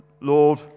Lord